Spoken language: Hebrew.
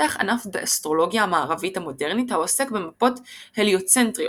מתפתח ענף באסטרולוגיה המערבית המודרנית העוסק במפות הליוצנטריות,